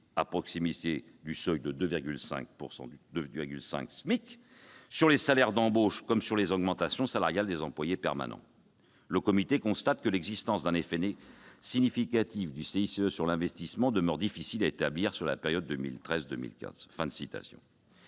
à proximité du seuil de 2,5 SMIC, sur les salaires d'embauche comme sur les augmentations salariales des employés permanents. « Le comité constate que l'existence d'un effet significatif du CICE sur l'investissement demeure difficile à établir sur la période 2013-2015. »